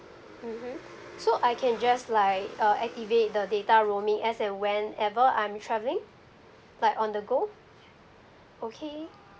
mmhmm so I can just like uh activate the data roaming as an whenever I'm travelling like on the go okay